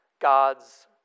God's